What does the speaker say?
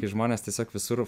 kai žmonės tiesiog visur